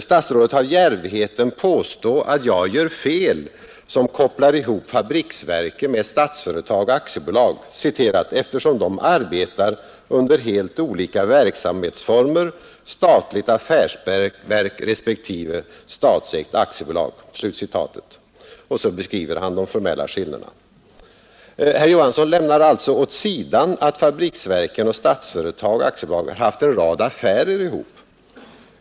Statsrådet har djärvheten påstå att jag gör fel som kopplar ihop fabriksverken med Statsföretag AB, ”eftersom de arbetar under helt olika verksamhetsformer, statligt affärsverk respektive statsägt aktiebolag”. Och sedan beskriver han de formella skillnaderna. Herr Johansson lämnar alltså åt sidan att fabriksverken och Statsföretag AB har haft en rad affärer ihop.